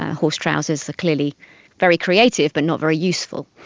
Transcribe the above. horse trousers are clearly very creative but not very useful.